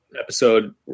episode